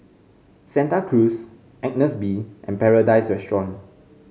Santa Cruz Agnes B and Paradise Restaurant